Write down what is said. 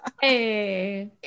Hey